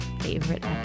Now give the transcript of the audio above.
favorite